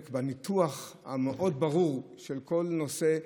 בניתוח ברור מאוד של כל נושא.